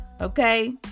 okay